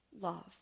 love